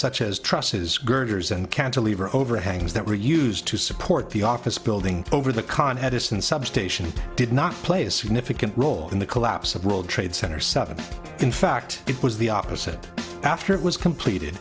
cantilever overhangs that were used to support the office building over the con edison substation did not play a significant role in the collapse of world trade center seven in fact it was the opposite after it was completed